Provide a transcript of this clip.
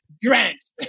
drenched